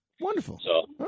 Wonderful